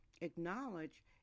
acknowledge